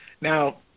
Now